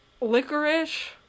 licorice